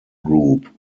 group